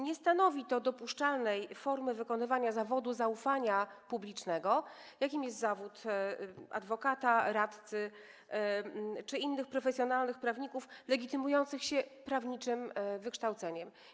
Nie stanowi to dopuszczalnej formy wykonywania zawodu zaufania publicznego, jakim jest zawód adwokata, radcy czy inne wykonywane przez profesjonalnych prawników legitymujących się prawniczym wykształceniem.